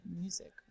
music